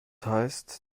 heißt